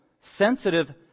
sensitive